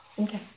Okay